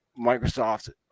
Microsoft